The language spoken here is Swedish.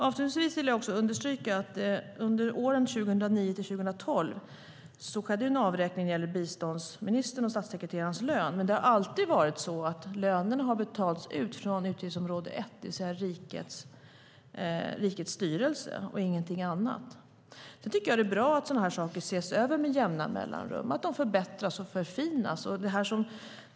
Avslutningsvis vill jag understryka att det under åren 2009-2012 skedde en avräkning när det gäller biståndsministerns och statssekreterarens löner. Men lönerna har alltid betalats ut från utgiftsområde 1, det vill säga rikets styrelse, och ingenting annat. Det är bra att sådana saker ses över med jämna mellanrum och att de förbättras och förfinas.